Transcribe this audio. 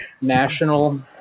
National